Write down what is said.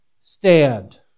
stand